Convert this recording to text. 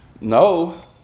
No